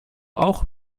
auch